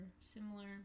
similar